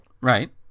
right